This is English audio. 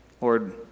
Lord